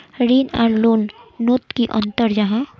ऋण आर लोन नोत की अंतर जाहा?